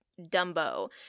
dumbo